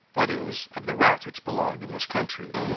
that is, of the rats which belong in this country.